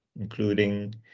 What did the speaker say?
including